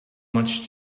much